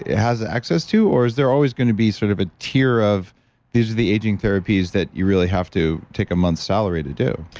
has ah access to or is there always going to be sort of a tier of these are the aging therapies that you really have to take a month's salary to do?